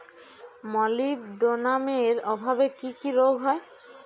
মলিবডোনামের অভাবে কি কি রোগ হয়?